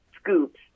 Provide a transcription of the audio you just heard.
scoops